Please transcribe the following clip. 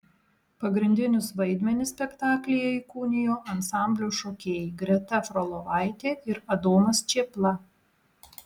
pagrindinius vaidmenis spektaklyje įkūnijo ansamblio šokėjai greta frolovaitė ir adomas čėpla